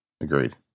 agreed